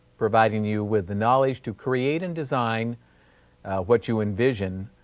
providing you with the knowledge to create and design what you envision,